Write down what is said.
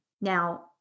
Now